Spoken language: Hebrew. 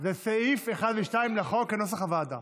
זה סעיפים 1 ו-2 לחוק, כנוסח הוועדה.